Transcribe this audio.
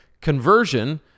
conversion